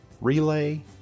Relay